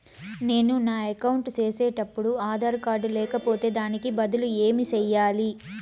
నేను నా అకౌంట్ సేసేటప్పుడు ఆధార్ కార్డు లేకపోతే దానికి బదులు ఏమి సెయ్యాలి?